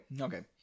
okay